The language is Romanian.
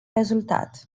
rezultat